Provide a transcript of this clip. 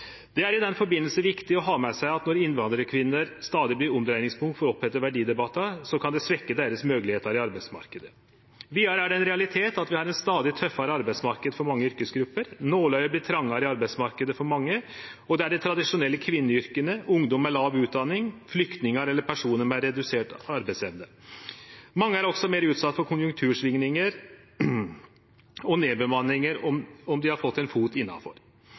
Det er i den samanhengen viktig å ha med seg at når innvandrarkvinner stadig vert eit omdreiingspunkt for oppheita verdidebattar, kan det svekkje moglegheitene deira på arbeidsmarknaden. Vidare er det ein realitet at vi har ein stadig tøffare arbeidsmarknad for mange yrkesgrupper. Nålauget inn på arbeidsmarknaden vert trongare for mange – anten det gjeld dei tradisjonelle kvinneyrkene, ungdom med lav utdanning, flyktningar eller personar med redusert arbeidsevne. Mange er òg meir utsette for konjunktursvingingar og nedbemanningar sjølv om dei har fått ein fot innanfor.